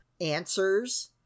answers